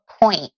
point